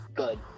good